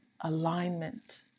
Alignment